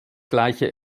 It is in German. gleiche